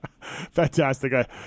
Fantastic